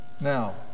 Now